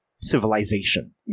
civilization